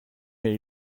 mais